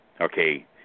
okay